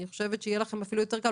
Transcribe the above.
אני חושבת שיהיה לכם אפילו יותר קל,